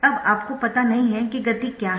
अब आपको पता नहीं है कि गति क्या है